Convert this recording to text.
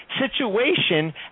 situation